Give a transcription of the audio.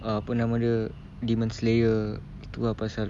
uh apa nama dia demon slayer itu ah pasal